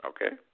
Okay